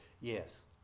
yes